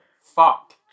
Fuck